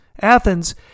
Athens